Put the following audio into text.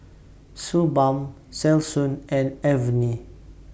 Suu Balm Selsun and Avene